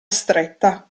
stretta